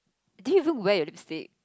did you even wear your lipstick